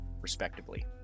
respectively